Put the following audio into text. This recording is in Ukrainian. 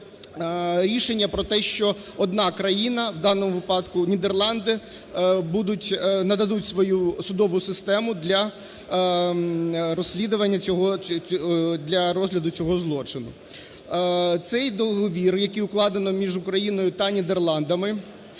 рішення про те, що одна країна, в даному випадку Нідерланди, будуть, нададуть свою судову систему для розслідування цього, для розгляду цього злочину. Цей договір, який укладено між Україною та Нідерландами,